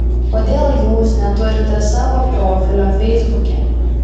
kodėl jūs neturite savo profilio feisbuke